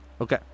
Okay